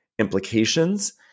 implications